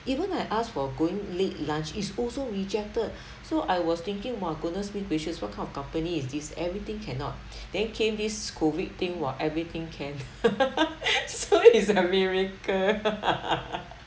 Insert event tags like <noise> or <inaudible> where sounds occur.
even I asked for going late lunch is also rejected so I was thinking !wah! goodness me gracious what kind of company is this everything cannot then came this COVID thing !wah! everything can <laughs> so it's a miracle <laughs>